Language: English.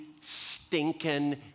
stinking